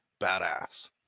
badass